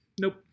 Nope